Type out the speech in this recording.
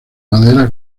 madera